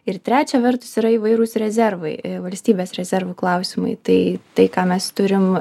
ir trečia vertus yra įvairūs rezervai valstybės rezervų klausimai tai tai ką mes turim